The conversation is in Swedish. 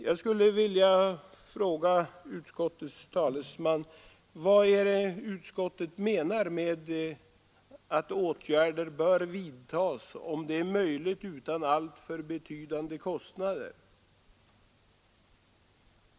Jag skulle vilja fråga utskottets talesman vad utskottet menar med uttrycket ”att åtgärder vidtas för att hålla vägen öppen om detta skulle befinnas vara möjligt utan alltför betydande kostnader”.